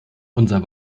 unser